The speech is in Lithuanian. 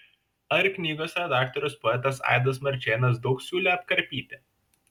ar knygos redaktorius poetas aidas marčėnas daug siūlė apkarpyti